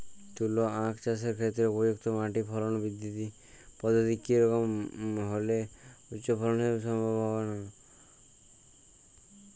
তুলো আঁখ চাষের ক্ষেত্রে উপযুক্ত মাটি ফলন পদ্ধতি কী রকম হলে উচ্চ ফলন সম্ভব হবে?